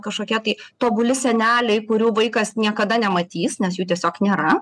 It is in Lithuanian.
kažkokie tai tobuli seneliai kurių vaikas niekada nematys nes jų tiesiog nėra